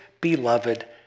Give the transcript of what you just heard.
beloved